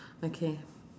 okay